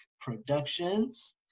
Productions